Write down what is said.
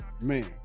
Man